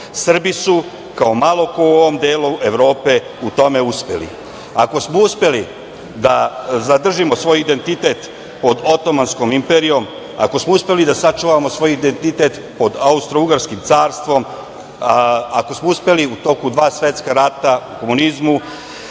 Srbi su, kao malo ko u ovom delu Evrope, u tome uspeli. Ako smo uspeli da zadržimo svoj identitet pod otomanskom imperijom, ako smo uspeli da sačuvamo svoj identitet pod Austrougarskim carstvom, ako smo uspeli u toku dva svetska rata, u komunizmu,